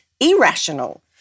irrational